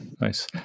Nice